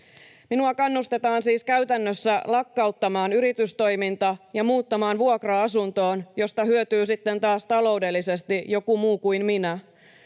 Minua kannustetaan siis käytännössä lakkauttamaan yritystoiminta ja muuttamaan vuokra-asuntoon, josta hyötyy sitten taas taloudellisesti joku muu kuin minä.